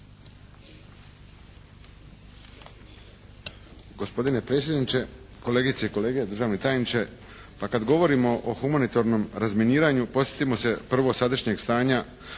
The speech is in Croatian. Gospodine predsjedniče, kolegice i kolege, državni tajniče. Pa kad govorimo o humanitarnom razminiranju podsjetimo se prvo sadašnjeg stanja